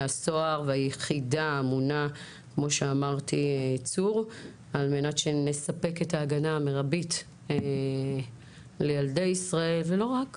הסוהר והיחידה האמונה צור כדי שנספק את ההגנה המרבית לילדי ישראל ולא רק